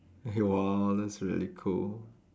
okay !wah! that's really cool